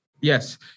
Yes